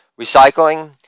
recycling